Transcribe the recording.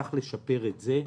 צריך לשפר את זה.